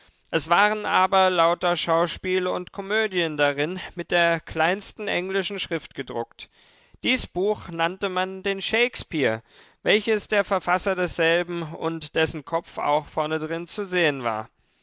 es waren aber lauter schauspiele und komödien darin mit der kleinsten englischen schrift gedruckt dies buch nannte man den shakespeare welches der verfasser desselben und dessen kopf auch vorne drin zu sehen war